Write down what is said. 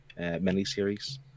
miniseries